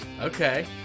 Okay